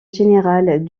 générale